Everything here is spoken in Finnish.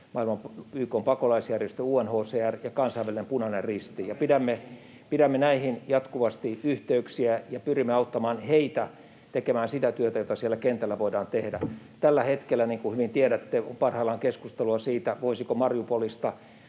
Unicef, YK:n pakolaisjärjestö UNHCR ja kansainvälinen Punainen Risti — ja pidämme näihin jatkuvasti yhteyksiä ja pyrimme auttamaan heitä tekemään sitä työtä, jota siellä kentällä voidaan tehdä. Tällä hetkellä, niin kuin hyvin tiedätte, on parhaillaan keskustelua siitä, voisiko Mariupolista